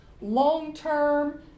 long-term